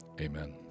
amen